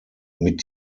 mit